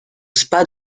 spa